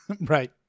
right